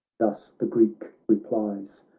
thus the greek replies,